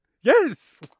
Yes